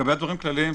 לגבי הדברים הכלליים,